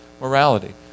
morality